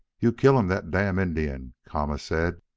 you kill um dat damn indian, kama said.